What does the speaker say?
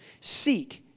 Seek